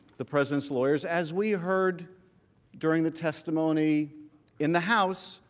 the president's lawyers, as we heard during the testimony in the house,